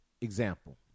Example